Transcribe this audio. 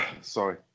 sorry